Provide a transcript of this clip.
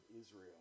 Israel